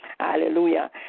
Hallelujah